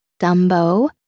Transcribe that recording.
Dumbo